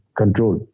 control